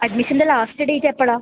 അഡ്മിഷൻ്റെ last date എപ്പോഴാണ്